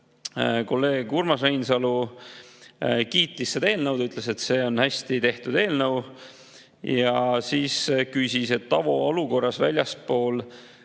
Kolleeg Urmas Reinsalu kiitis seda eelnõu, ütles, et see on hästi tehtud eelnõu. Ta [viitas], et tavaolukorras väljaspool